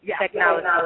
technology